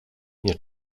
nie